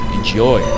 Enjoy